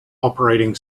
operating